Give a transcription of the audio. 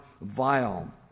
vile